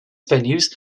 venues